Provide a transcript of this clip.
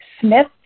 Smith